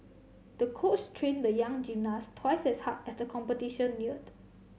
the coach train the young gymnast twice as hard as the competition neared